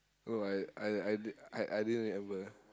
oh I I I didn't I I didn't remember